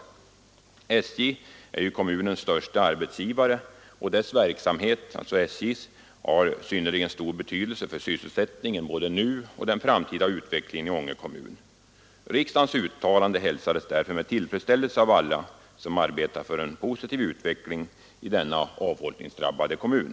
SJ är kommunens största arbetsgivare och dess verksamhet har synnerligen stor betydelse både för sysselsättningen nu och för den framtida utvecklingen i Ånge kommun. Riksdagens uttalande hälsades därför med tillfredsställelse av alla som arbetar för en positiv utveckling inom denna avfolkningsdrabbade kommun.